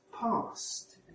past